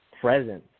presence